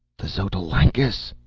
the xotalancas!